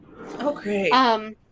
Okay